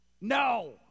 no